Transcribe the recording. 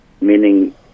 meaning